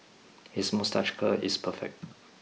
his moustache curl is perfect